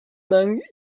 nang